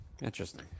Interesting